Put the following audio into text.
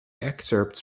excerpts